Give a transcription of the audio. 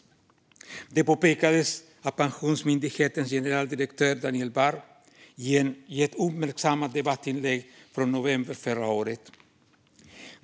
Detta påpekades av Pensionsmyndighetens generaldirektör Daniel Barr i ett uppmärksammat debattinlägg i november förra året.